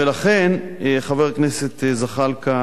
לכן, חבר הכנסת זחאלקה,